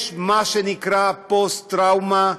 יש מה שנקרא פוסט-טראומה,